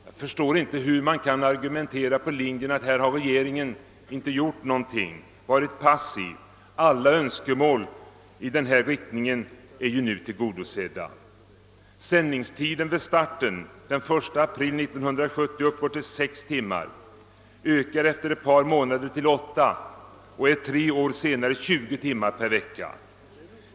Jag förstår inte, hur man kan argumentera på den linjen att regeringen inte gjort någonting på detta område och varit passiv. Alla önskemål är ju nu tillgodosedda. Sändningstiden vid starten den 1 april 1970 skall uppgå till 6 timmar per vecka, skall efter ett par månader öka till 8 timmar och skall tre år senare bli 20 timmar per vecka.